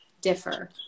differ